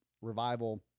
revival